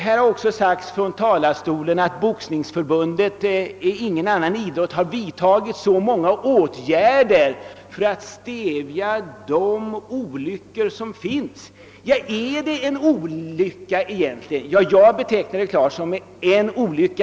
Här har också sagts från talarstolen, att inget annat idrottsförbund har vidtagit så många åtgärder som Boxningsförbundet för att stävja de olyckor som kan inträffa. Men kan de skador som uppstår till följd av boxning egentligen betecknas som olyckor?